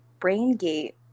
BrainGate